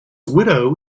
widow